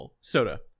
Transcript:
soda